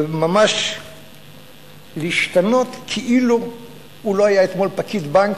וממש להשתנות כאילו הוא לא היה אתמול פקיד בנק,